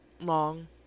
long